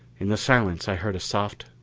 in the silence i heard a soft,